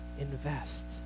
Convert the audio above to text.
invest